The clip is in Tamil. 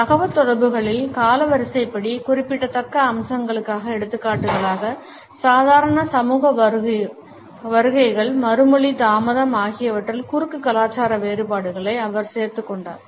தகவல்தொடர்புகளில் காலவரிசைப்படி குறிப்பிடத்தக்க அம்சங்களுக்கான எடுத்துக்காட்டுகளாக சாதாரண சமூக வருகைகள் மறுமொழி தாமதம் ஆகியவற்றில் குறுக்கு கலாச்சார வேறுபாடுகளை அவர் சேர்த்துக் கொண்டார்